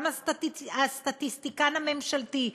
גם הסטטיסטיקן הממשלתי,